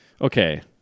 Okay